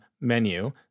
menu